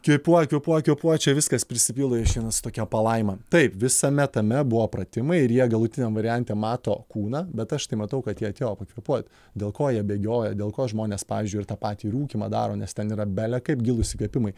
kvėpuoja kvėpuoja kvėpuoja čia viskas prisipildo išeina su tokia palaima taip visame tame buvo pratimai ir jie galutiniam variante mato kūną bet aš tai matau kad jie atėjo pakvėpuot dėl ko jie bėgioja dėl ko žmonės pavyzdžiui ir tą patį rūkymą daro nes ten yra bele kaip gilūs įkvėpimai